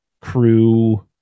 crew